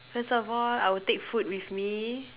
first of all I will take food with me